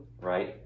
right